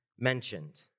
mentioned